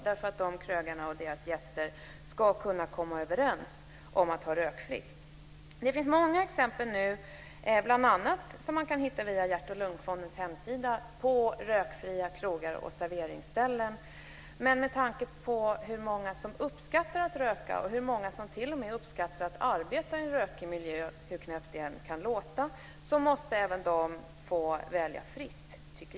Dessa krögare och deras gäster ska kunna komma överens om att ha rökfritt. Det finns många exempel som man kan hitta bl.a. via Hjärt och lungfondens hemsida under rökfria krogar och serveringsställen. Men med tanke på hur många som uppskattar att röka och hur många det är som t.o.m. uppskattar att arbeta i en rökig miljö - hur knäppt det än kan låta - måste även de få välja fritt.